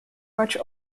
much